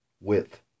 width